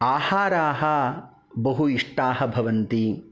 आहाराः बहु इष्टाः भवन्ति